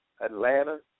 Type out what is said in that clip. Atlanta